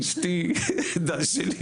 אשתי עדה שלי,